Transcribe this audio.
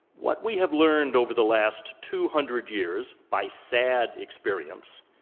what we have learned over the last two hundred years, by sad experience,